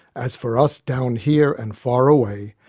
as for us down here and far away,